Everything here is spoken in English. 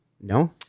No